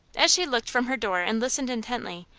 as she looked from her door and listened intently,